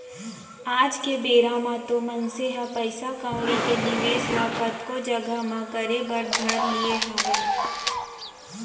आज के बेरा म तो मनसे ह पइसा कउड़ी के निवेस ल कतको जघा म करे बर धर लिये हावय